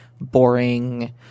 boring